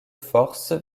force